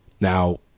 Now